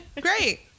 Great